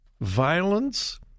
Violence